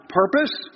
purpose